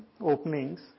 openings